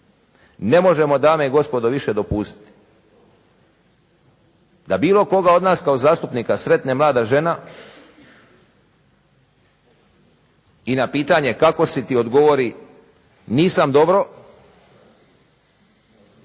Ne možemo dame i gospodo više dopustiti da bilo koga od nas kao zastupnika sretne mlada žena i na pitanje kako si ti odgovori nisam dobro